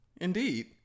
Indeed